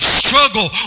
struggle